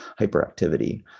hyperactivity